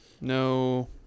No